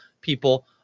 people